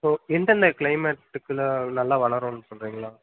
இப்போ எந்தெந்த க்ளைமேட்ஸ்ட்டுக்குள்ளே நல்லா வளருன்னு சொல்லுறீங்களா